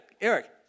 Eric